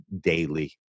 daily